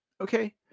Okay